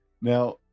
Now